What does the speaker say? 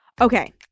Okay